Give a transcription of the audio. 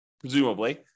presumably